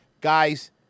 guys